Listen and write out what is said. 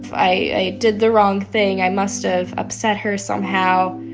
i did the wrong thing. i must've upset her somehow.